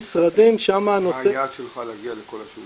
מה היעד שלך להגיע לכל השירותים?